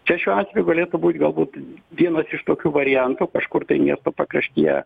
čia šiuo atveju galėtų būti galbūt vienas iš tokių variantų kažkur tai miesto pakraštyje